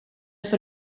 för